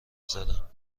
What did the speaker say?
زدم